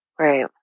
Right